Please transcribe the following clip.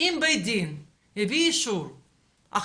אם בית דין הביא אישור החלטה,